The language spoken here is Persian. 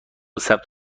ثبت